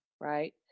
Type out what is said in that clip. right